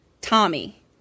Tommy